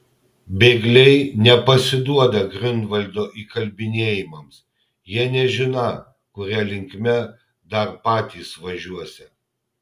bėgliai nepasiduoda griunvaldo įkalbinėjimams jie nežiną kuria linkme dar patys važiuosią